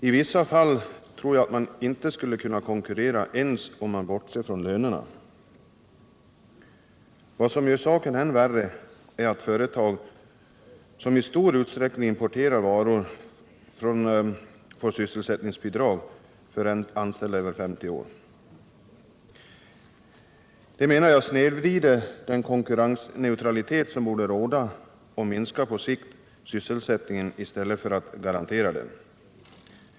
I vissa fall tror jag att vi inte skulle kunna konkurrera ens om man bortser från lönerna. 129 Vad som gör saken än värre är att företag som i stor utsträckning importerar varor får sysselsättningsbidrag för anställda över 50 år. Det menar jag undergräver den konkurrensneutralitet som borde råda och på sikt minskar sysselsättningen i stället för att garantera den.